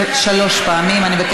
אדוני.